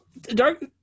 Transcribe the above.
dark